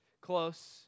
close